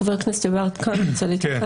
חבר הכנסת גדי יברקן, אתה רוצה להתייחס?